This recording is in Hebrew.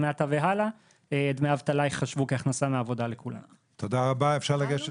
דמי אבטלה כהכנסה לעניין גמלאות שונות.